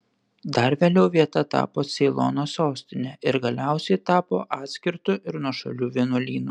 dar vėliau vieta tapo ceilono sostine ir galiausiai tapo atskirtu ir nuošaliu vienuolynu